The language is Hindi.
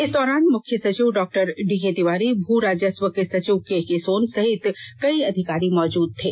इस दौरान मुख्य सचिव डॉ डीके तिवारी भू राजस्व के सचिव केके सोन सहित कई अधिकारी मौजूद थे